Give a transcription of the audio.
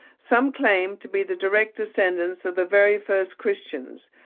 some claim to be the direct descendants of the very first christians,